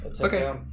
Okay